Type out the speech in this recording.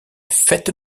fête